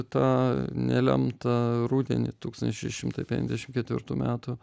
tą nelemtą rudenį tūkstantis šeši šimtai penkiasdešimt ketvirtų metų